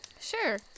sure